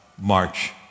march